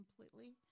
completely